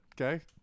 Okay